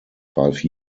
five